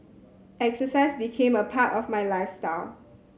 exercise became a part of my lifestyle